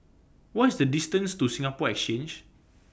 What IS The distance to Singapore Exchange